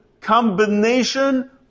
combination